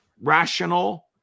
rational